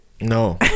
No